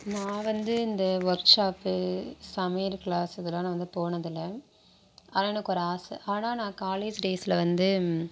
நான் வந்து இந்த ஒர்க் ஷாப்பு சமையல் கிளாஸ் இதெலாம் நான் வந்து போனதில்ல ஆனால் எனக்கொரு ஆசை ஆனால் நான் காலேஜ் டேஸில் வந்து